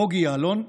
בוגי יעלון,